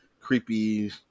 creepy